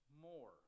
more